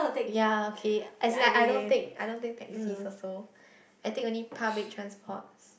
ya okay as in like I don't take I don't take taxis also I take only public transports